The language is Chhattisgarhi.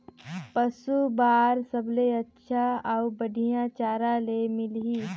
पशु बार सबले अच्छा अउ बढ़िया चारा ले मिलही?